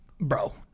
bro